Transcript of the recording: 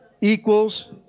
Equals